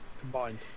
combined